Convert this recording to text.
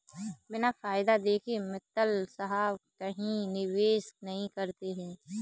बिना फायदा देखे मित्तल साहब कहीं निवेश नहीं करते हैं